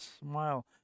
smile